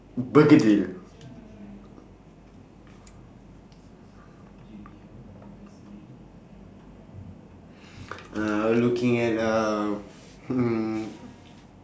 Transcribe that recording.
b~ bergedil uh looking at uh hmm